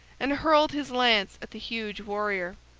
and hurled his lance at the huge warrior.